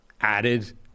added